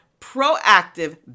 proactive